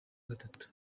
gatatu